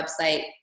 website